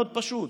מאוד פשוט.